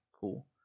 cool